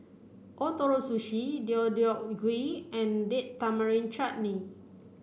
Ootoro Sushi Deodeok Gui and Date Tamarind Chutney